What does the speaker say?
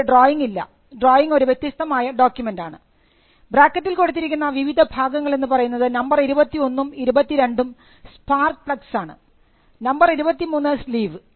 ഇവിടെ ഡ്രോയിങ് ഇല്ല ഡ്രോയിങ് ഒരു വ്യത്യസ്തമായ ഡോക്യുമെൻറാണ് ബ്രാക്കറ്റിൽ കൊടുത്തിരിക്കുന്ന വിവിധ ഭാഗങ്ങൾ എന്ന് പറയുന്നത് നമ്പർ 21 ഉം 22 ഉം സ്പാർക്ക് പ്ളഗ്സാണ് നമ്പർ 23 സ്ലീവ്